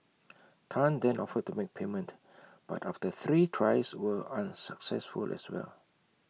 Tan then offered to make payment but after three tries were unsuccessful as well